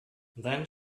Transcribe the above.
then